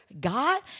God